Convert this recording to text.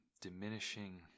diminishing